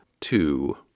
two